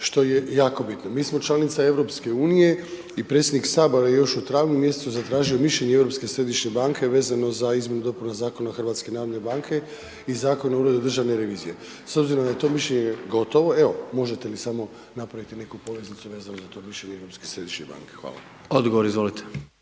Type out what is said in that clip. što je jako bitno, mi smo članica EU-a i predsjednik Sabora je još u travnju mjesecu zatražio mišljenje Europske središnje banke vezano za izmjene i dopune Zakona o HNB-u i Zakona o Uredu državne revizije. S obzirom da je to mišljenje gotovo, evo, možete mi samo napraviti neku poveznicu vezano za to mišljenje Europske središnje banke. Hvala. **Jandroković,